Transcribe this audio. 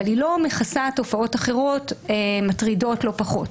היא לא מכסה תופעות אחרות מטרידות לא פחות,